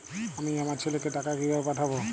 আমি আমার ছেলেকে টাকা কিভাবে পাঠাব?